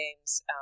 games